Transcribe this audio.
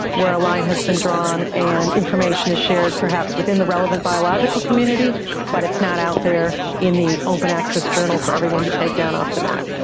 where a line has been drawn and information is shared perhaps within the relevant biological community but it's not out there in the open access journal for everyone to take down off the net.